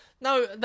No